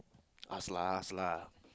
ask lah ask lah